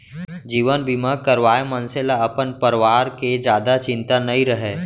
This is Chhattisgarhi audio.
जीवन बीमा करवाए मनसे ल अपन परवार के जादा चिंता नइ रहय